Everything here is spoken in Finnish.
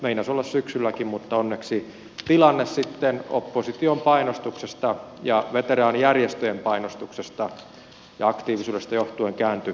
meinasi olla syksylläkin mutta onneksi tilanne sitten opposition painostuksesta ja veteraanijärjestöjen panostuksesta ja aktiivisuudesta johtuen kääntyi paremmaksi